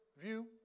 view